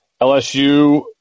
LSU